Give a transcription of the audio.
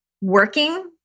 working